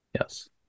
yes